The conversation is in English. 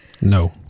No